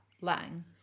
Lang